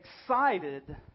excited